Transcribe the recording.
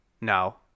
No